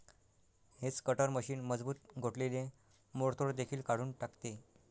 hedge cutter मशीन मजबूत गोठलेले मोडतोड देखील काढून टाकते